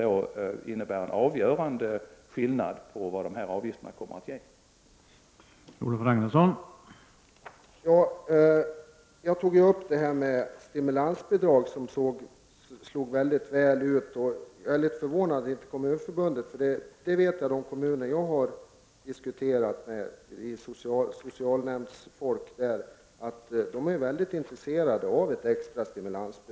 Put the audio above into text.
De innebär en avgörande skillnad för vad avgifterna kommer att räcka till.